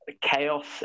chaos